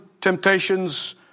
temptations